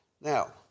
Now